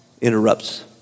interrupts